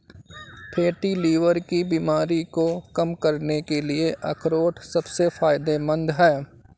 fatty liver की बीमारी को कम करने के लिए अखरोट सबसे फायदेमंद है